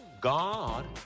God